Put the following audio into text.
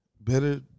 Better